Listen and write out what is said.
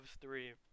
three